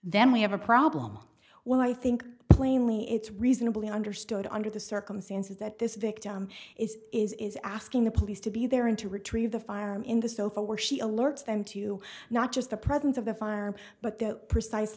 then we have a problem well i think plainly it's reasonably understood under the circumstances that this victim is is asking the police to be there and to retrieve the firearm in the sofa where she alerts them to not just the presence of the firearm but the precise